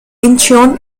incheon